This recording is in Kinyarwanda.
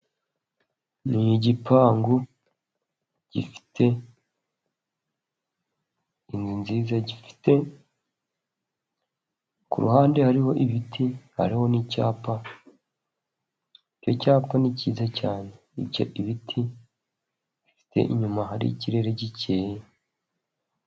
Ni igipangu gifite inzu nziza, gifite kuruhande hariho ibiti hariho nicyapa ,icyo cyapa ni cyiza cyane, icy' ibiti bifite inyuma hari ikirere gikeye.